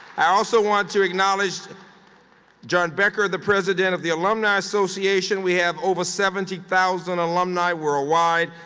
i also want to acknowledge john becker, the president of the alumni association. we have over seventy thousand alumni worldwide.